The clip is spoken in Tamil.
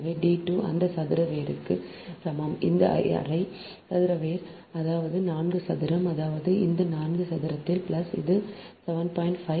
எனவே d 2 அந்த சதுர வேருக்கு சமம் இந்த அரை சதுர வேர் அதாவது 4 சதுரம் அதாவது இந்த 4 சதுர பிளஸ் இது 7